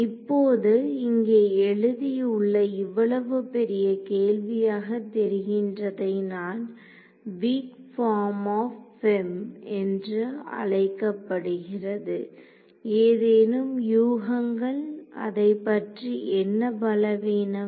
இப்போது இங்கே எழுதி உள்ள இவ்வளவு பெரிய கேள்வியாக தெரிகின்றததை தான் வீக் பார்ம் ஆப் FEM என்று அழைக்கப்படுகிறது ஏதேனும் யூகங்கள் அதைப்பற்றி என்ன பலவீனம்